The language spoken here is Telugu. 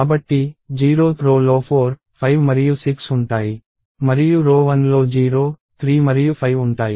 కాబట్టి 0th రో లో 4 5 మరియు 6 ఉంటాయి మరియు రో 1 లో 0 3 మరియు 5 ఉంటాయి